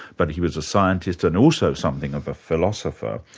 but he was a scientist and also something of a philosopher.